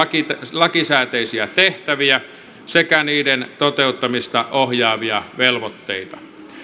lakisääteisiä tehtäviä sekä niiden toteuttamista ohjaavia velvoitteita